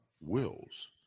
wills